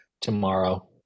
tomorrow